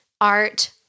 art